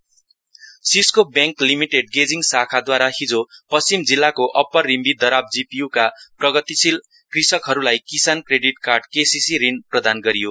Cisco SISCO bank limited गेजिङ शाखाद्वारा हिजो पश्चिम जिल्लाको उप्पर रिम्बि दराप जिपियूका प्रगितशिल कृषकहरूलाई किसान क्रेडिट कार्ड केसीसी ऋण प्रदान गरियो